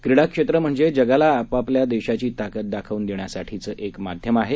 क्रीडा क्षेत्र म्हणजे जगाला आपापल्या देशाची ताकद दाखवून देण्यासाठीचं एक माध्यम आहे